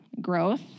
growth